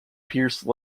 pierce